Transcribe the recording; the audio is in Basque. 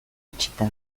itxita